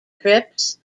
trips